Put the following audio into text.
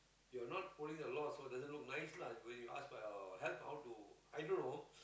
you're not holding a lot so doesn't look nice lah really ask for help how to i don't know